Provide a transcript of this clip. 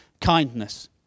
kindness